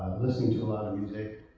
listening to a lot of music.